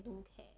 I don't care